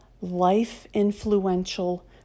life-influential